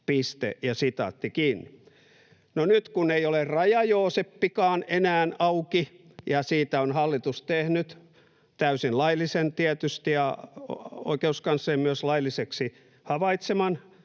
koskeva hakemus.” No, nyt kun ei ole Raja-Jooseppikaan enää auki — siitä on hallitus tehnyt täysin laillisen, tietysti, ja oikeuskanslerin myös lailliseksi havaitseman